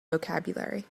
vocabulary